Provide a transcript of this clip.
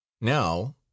Now